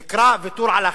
זה נקרא ויתור על הכנסה.